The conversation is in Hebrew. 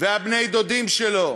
ובני-הדודים שלו